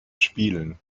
spielen